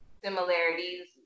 similarities